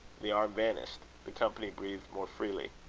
the arm vanished. the company breathed more freely.